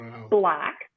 black